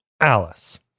Alice